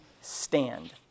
stand